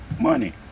Money